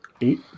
Eight